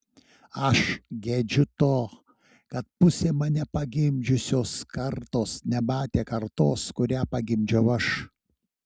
aš gedžiu to kad pusė mane pagimdžiusios kartos nematė kartos kurią pagimdžiau aš